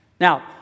Now